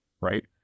right